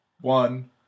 one